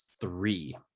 three